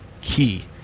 key